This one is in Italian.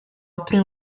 apre